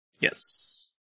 Yes